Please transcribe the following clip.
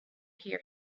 hear